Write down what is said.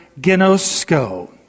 genosko